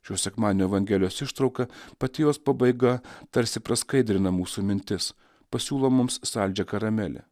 šio sekmadienio evangelijos ištrauka pati jos pabaiga tarsi praskaidrina mūsų mintis pasiūlo mums saldžią karamelę